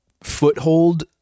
Foothold